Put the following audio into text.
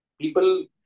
People